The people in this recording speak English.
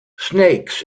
snakes